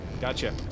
Gotcha